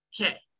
Okay